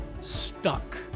stuck